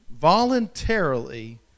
voluntarily